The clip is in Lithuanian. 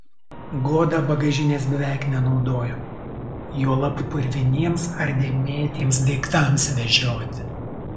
goda bagažinės beveik nenaudojo juolab purviniems ar dėmėtiems daiktams vežioti